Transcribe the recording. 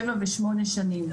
7 ו-8 שנים.